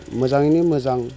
मोजाङैनो मोजां